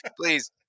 Please